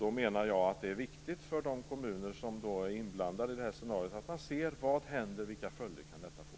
Jag menar att det är viktigt för de kommuner som är inblandade i scenariot att se vilka följder som det kan bli.